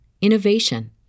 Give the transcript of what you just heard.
innovation